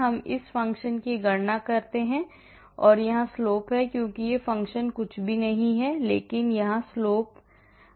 हम उस फ़ंक्शन की गणना करते हैं जो यहां slope है क्योंकि यह फ़ंक्शन कुछ भी नहीं है लेकिन यहां slope here dydx है